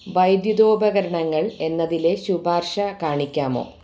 വൈദ്യുതോപകരണങ്ങൾ എന്നതിലെ ശുപാർശ കാണിക്കാമോ